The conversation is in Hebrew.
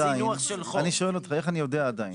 עדיין,